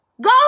go